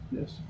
Yes